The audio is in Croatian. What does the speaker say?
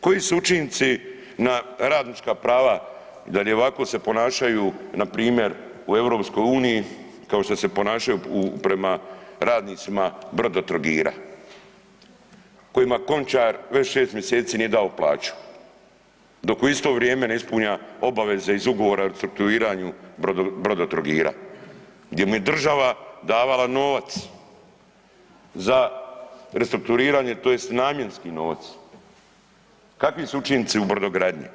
Koji su učinci na radnička prava, da li i ovako se ponašaju npr. u EU kao što se ponašaju prema radnicima Brodotrogira kojima Končar već 6. mjeseci nije dao plaću, dok u isto vrijeme ne ispunja obaveze iz Ugovora o restrukturiranju Brodotrogira gdje mu je država davala novac za restrukturiranje tj. namjenski novac, kakvi su učinci u brodogradnji?